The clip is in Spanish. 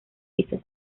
pisos